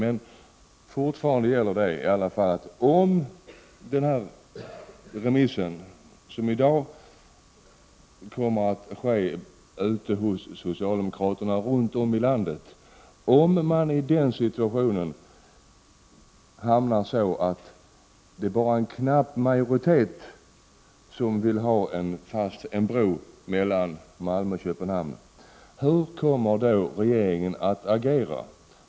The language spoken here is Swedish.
Men fortfarande gäller frågan: Om det, när det gäller det remissförfarande som kommer att genomföras bland socialdemokraterna runt om i landet, skulle bli en knapp majoritet för en bro mellan Malmö och Köpenhamn, hur kommer regeringen då att agera?